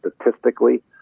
statistically